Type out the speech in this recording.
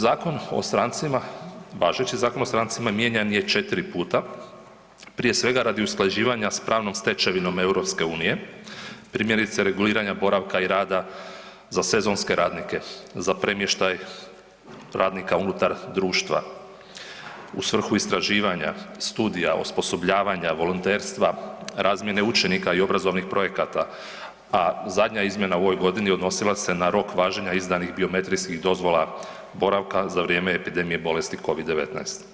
Zakon o strancima, važeći Zakon o strancima mijenjan je četiri puta prije svega radi usklađivanja s pravnom stečevinom EU, primjerice reguliranje boravka i rada za sezonske radnike, za premještaj radnika unutar društva, u svrhu istraživanja, studija, osposobljavanja, volonterstva, razmjene učenika i obrazovnih projekata, a zadnja izmjena u ovoj godini odnosila se na rok važenja izdanih biometrijskih dozvola boravka za vrijeme epidemije bolesti COVID-19.